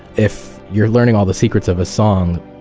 if you're learning all the secrets of a song,